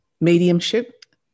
mediumship